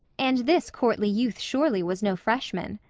and this courtly youth surely was no freshman.